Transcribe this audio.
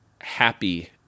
happy